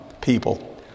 people